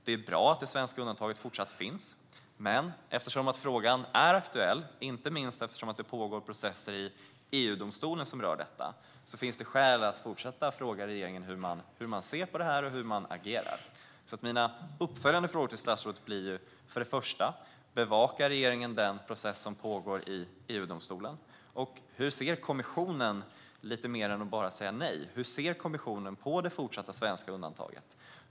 Det är bra att det svenska undantaget fortsatt finns, men eftersom frågan är aktuell - inte minst eftersom det pågår processer i EU-domstolen som rör detta - finns det skäl att fortsätta fråga regeringen hur man ser på det här och hur man agerar. Mina uppföljande frågor till statsrådet är för det första om regeringen bevakar den process som pågår i EU-domstolen och för det andra hur kommissionen - lite mer än att bara säga nej - ser på det fortsatta svenska undantaget.